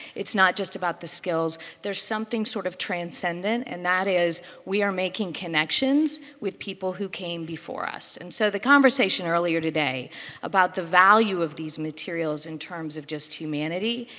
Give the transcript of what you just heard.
it's not just about the skills. there's something sort of transcendent, and that is we are making connections with people who came before us. and so the conversation earlier today about the value of these materials in terms of just humanity,